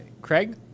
Craig